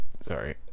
Sorry